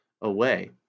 away